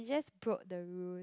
just broke the rule